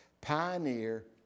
pioneer